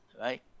right